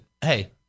hey